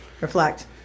reflect